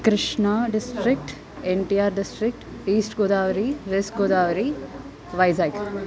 Krishna district N T R district east Godavari west Godavari Vizag